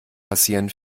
passieren